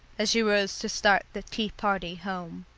as she rose to start the tea-party home.